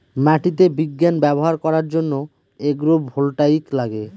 মাটিতে বিজ্ঞান ব্যবহার করার জন্য এগ্রো ভোল্টাইক লাগে